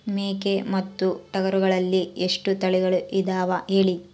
ಮೇಕೆ ಮತ್ತು ಟಗರುಗಳಲ್ಲಿ ಎಷ್ಟು ತಳಿಗಳು ಇದಾವ ಹೇಳಿ?